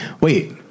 wait